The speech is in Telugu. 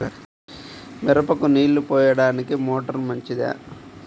మిరపకు నీళ్ళు పోయడానికి మోటారు మంచిదా?